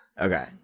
Okay